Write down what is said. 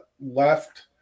left